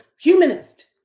humanist